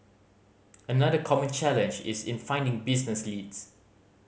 another common challenge is in finding business leads